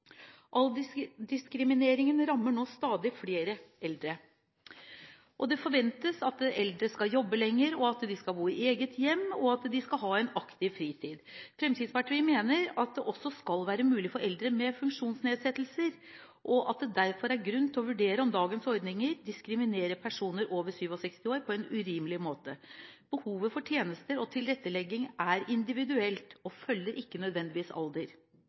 lenger. Aldersdiskriminering rammer nå stadig flere eldre. Det forventes at eldre skal jobbe lenger, at de skal bo i eget hjem, og at de skal ha en aktiv fritid. Fremskrittspartiet mener at dette også skal være mulig for eldre med funksjonsnedsettelser, og at det derfor er grunn til å vurdere om dagens ordninger diskriminerer personer over 67 år på en urimelig måte. Behovet for tjenester og tilrettelegging er individuelt og følger ikke nødvendigvis alder.